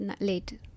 late